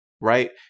right